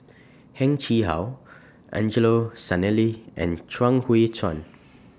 Heng Chee How Angelo Sanelli and Chuang Hui Tsuan